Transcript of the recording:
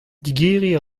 digeriñ